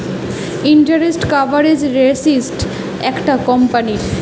interest coverage ratio একটা কোম্পানীর